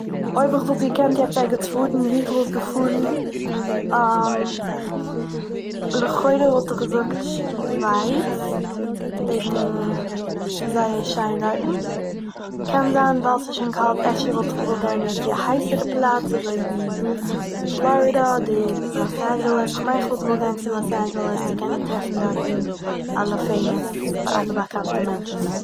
אויב איך וואלט געקענט יעצט ערגעץ פארן, וואו איך וואלט געפארן? לכאורה וואלט איך געזאגט "שווייץ" וועגן ס'איז זייער שיין דארטן, קען זיין ווייל ס'איז שוין קאלט אפשר וואלט איך געוואלט גיין מער צו א הייסערע פלאץ אזויווי פלארידא אדער לאס-אנדזשעלעס. כ'מיין איך וואלט געוואלט גיין צו לאס-אנדזשעלעס צו טרעפן דארטן אלע פעימוס, אלע באקאנטע מענטשן